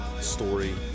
story